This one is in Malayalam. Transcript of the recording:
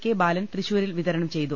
കെ ബാലൻ തൃശൂരിൽ വിതരണം ചെയ്തു